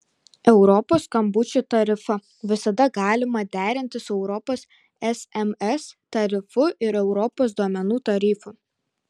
europos skambučių tarifą visada galima derinti su europos sms tarifu ir europos duomenų tarifu